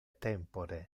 tempore